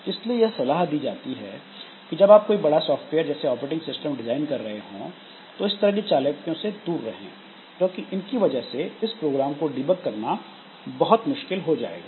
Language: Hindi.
इसलिए यह सलाह दी जाती है कि जब आप कोई बड़ा सॉफ्टवेयर जैसे कोई ऑपरेटिंग सिस्टम डिजाइन कर रहे हो तो इस तरह की चालाकियां से दूर रहें क्योंकि इनकी वजह से इस प्रोग्राम को डिबग करना बहुत मुश्किल हो जाएगा